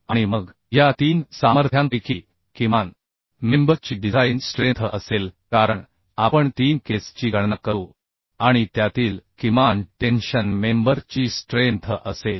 आणि मग या तीन सामर्थ्यांपैकी किमान मेंबर ची डिझाइन स्ट्रेंथ असेल कारण आपण तीन केस ची गणना करू आणि त्यातील किमान टेन्शन मेंबर ची स्ट्रेंथ असेल